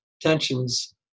tensions